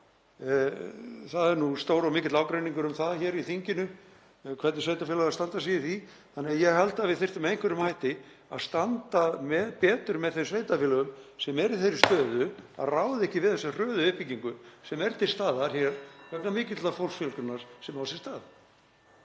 Það er stór og mikill ágreiningur um það hér í þinginu hvernig sveitarfélögin standa sig í því. Þannig að ég held að við þyrftum með einhverjum hætti að standa betur með þeim sveitarfélögum sem eru í þeirri stöðu að ráða ekki við þessa hröðu uppbyggingu sem er til staðar vegna mikillar fólksfjölgunar.